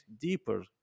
deeper